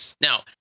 Now